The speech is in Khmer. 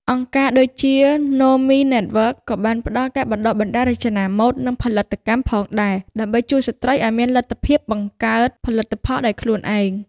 អង្គការដូចជា ណូមី ណេតវើក Nomi Network ក៏បានផ្តល់ការបណ្តុះបណ្តាលរចនាម៉ូដ និងផលិតកម្មផងដែរ ដើម្បីជួយស្ត្រីឱ្យមានលទ្ធភាពបង្កើតផលិតផលដោយខ្លួនឯង។